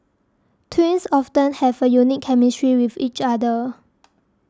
twins often have a unique chemistry with each other